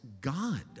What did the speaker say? God